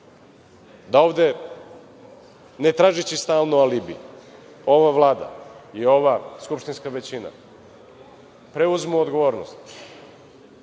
da ovde, ne tražeći stalno alibi, ova Vlada i ova skupštinska većina preuzmu odgovornost